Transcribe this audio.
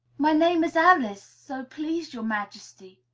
my name is alice, so please your majesty,